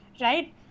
right